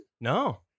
no